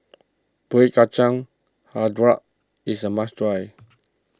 Kueh Kacang HiJau is a must try